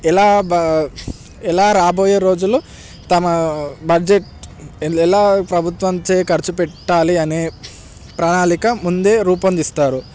ఎలా ఎలా రాబోయే రోజులు తమ బడ్జెట్ ఎలా ప్రభుత్వంచే ఖర్చు పెట్టాలి అనే ప్రణాళిక ముందే రూపొందిస్తారు